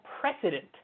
precedent